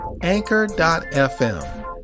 Anchor.fm